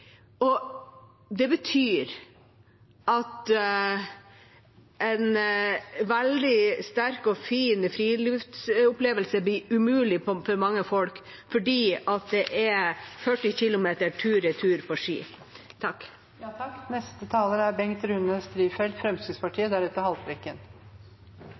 Det betyr at en veldig sterk og fin friluftsopplevelse blir umulig for mange folk, for det er 40 km tur/retur på ski.